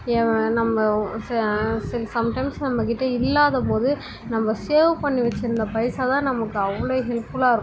இது நம்ம ச சரி சம் டைம்ஸ் நம்மக்கிட்டே இல்லாதபோது நம்ம சேவ் பண்ணி வச்சுருந்த பைசாதான் நமக்கு அவ்வளோ ஹெல்ப்ஃபுல்லாக இருக்கும்